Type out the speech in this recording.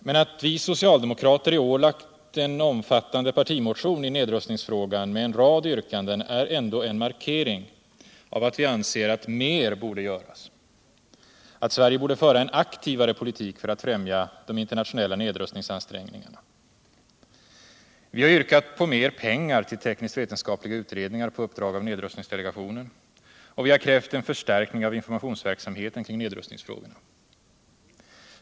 Men att vi socialdemokrater i år fagt en omfattande partimotion i nedrustningsfrågan med en rad yrkanden är ändå en markering av att vi anser att mer borde göras — att Sverige borde föra en aktivare politik för att främja de internationella nedrustningsansträngningarna. Vihar yrkat på mer pengar till tekniskt-vetenskapliga utredningar på uppdrag av nedrustningsdelegationen, och vi har krävt en förstärkning av informationsverksamheten kring nedrustningsfrågorna.